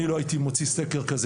אני לא הייתי מוציא סקר כזה,